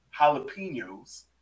jalapenos